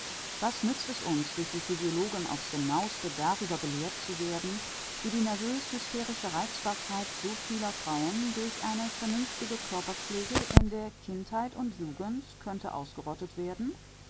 was nützt es uns durch die physiologen auf's genauste darüber belehrt zu werden wie die nervös hysterische reizbarkeit so vieler frauen durch eine vernünftige körperpflege in der kindheit und jugend könnte ausgerottet werden